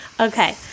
Okay